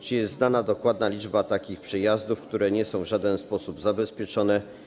Czy jest znana dokładna liczba takich przejazdów, które nie są w żaden sposób zabezpieczone?